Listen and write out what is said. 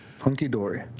Hunky-dory